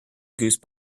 goose